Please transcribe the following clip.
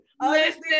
Listen